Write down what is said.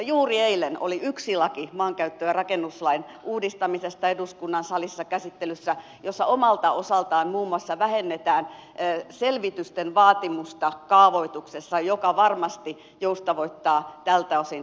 juuri eilen oli maankäyttö ja rakennuslain uudistamisesta eduskunnan salissa käsittelyssä yksi laki jossa omalta osaltaan muun muassa vähennetään selvitysten vaatimusta kaavoituksessa mikä varmasti joustavoittaa tältä osin kaavoitusmenettelyä